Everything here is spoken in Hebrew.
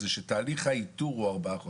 היא שתהליך האיתור הוא ארבעה חודשים.